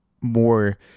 more